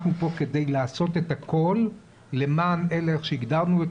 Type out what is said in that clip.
אנחנו פה כדי לעשות את הכול למען אלה שנפצעו,